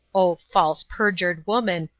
oh, false, perjured woman,